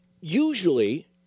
usually